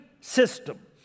system